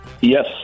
Yes